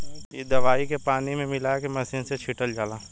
इ दवाई के पानी में मिला के मिशन से छिटल जाला